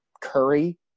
Curry